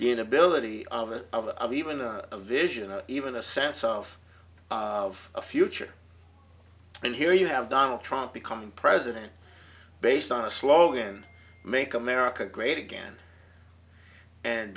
the inability of it of even a vision of even a sense of of a future and here you have donald trump becoming president based on a slogan make america great again and